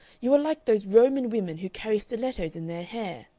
you are like those roman women who carry stilettos in their hair.